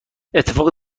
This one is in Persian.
اتفاق